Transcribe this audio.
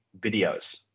videos